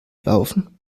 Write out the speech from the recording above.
laufen